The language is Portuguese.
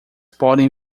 podem